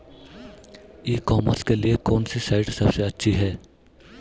ई commerce के लिए कौनसी साइट सबसे अच्छी है?